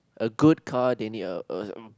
a good car they need a a